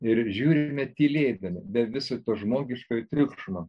ir žiūrime tylėdami be viso to žmogiškojo triukšmo